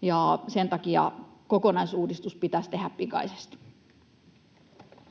ja sen takia kokonaisuudistus pitäisi tehdä pikaisesti.